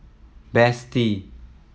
Betsy